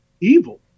evil